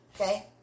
Okay